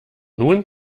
nun